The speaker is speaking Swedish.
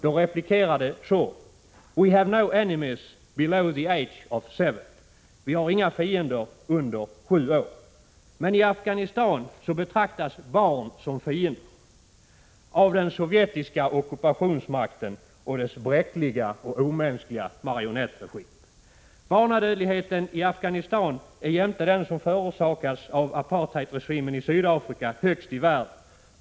Då replikerade Shaw: ”We have no enemies below the age of seven ”— vi har inga fiender under sju år. Men i Afghanistan betraktas barnen som fiender av den sovjetiska ockupationsmakten och dess bräckliga och omänskliga marionettregim. Barnadödligheten i Afghanistan är, jämte den som förorsakas av apartheidregimen i Sydafrika, högst i världen.